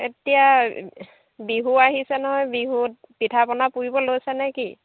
এতিয়া বিহু আহিছে নহয় বিহুত পিঠা পনা পুৰিবলৈ লৈছেনে কি